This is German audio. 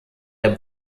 der